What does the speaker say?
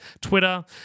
Twitter